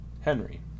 Henry